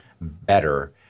better